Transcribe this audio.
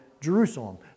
Jerusalem